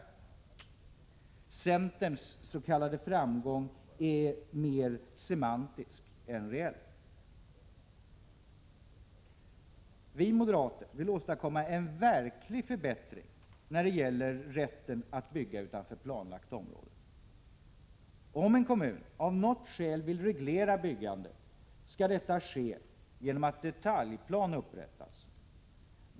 Centerns s.k. framgång är mer semantisk än reell. Vi moderater vill åstadkomma en verklig förbättring när det gäller rätten att bygga utanför planlagt område. Om en kommun av något skäl vill reglera byggandet skall detta ske genom att detaljplan upprättas.